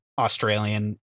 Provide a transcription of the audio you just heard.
Australian